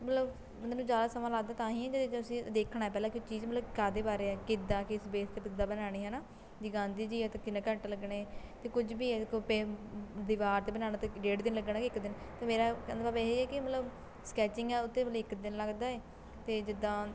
ਮਤਲਬ ਬੰਦੇ ਨੂੰ ਜ਼ਿਆਦਾ ਸਮਾਂ ਲੱਗਦਾ ਤਾਂ ਹੀ ਜੇਕਰ ਤੁਸੀਂ ਦੇਖਣਾ ਪਹਿਲਾਂ ਕਿ ਚੀਜ਼ ਮਤਲਬ ਕਾਹਦੇ ਬਾਰੇ ਆ ਕਿੱਦਾਂ ਕਿਸ ਬੇਸ 'ਤੇ ਕਿੱਦਾਂ ਬਣਾਉਣੀ ਹੈ ਨਾ ਜੇ ਗਾਂਧੀ ਜੀ ਆ ਤਾਂ ਕਿੰਨਾ ਘੰਟੇ ਲੱਗਣ 'ਤੇ ਕੁਝ ਵੀ ਆ ਦੀਵਾਰ 'ਤੇ ਬਣਾਉਣਾ ਤਾਂ ਡੇਢ ਦਿਨ ਲੱਗਣਾ ਕਿ ਇੱਕ ਦਿਨ ਅਤੇ ਮੇਰਾ ਕਹਿਣ ਦਾ ਭਾਵ ਇਹ ਹੈ ਕਿ ਮਤਲਬ ਸਕੈਚਿੰਗ ਆ ਉਹਤੇ ਮਤਲਬ ਇੱਕ ਦਿਨ ਲੱਗਦਾ ਏ ਅਤੇ ਜਿੱਦਾਂ